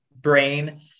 brain